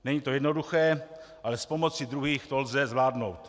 Není to jednoduché, ale s pomocí druhých to lze zvládnout.